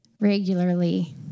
regularly